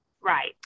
Right